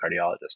cardiologist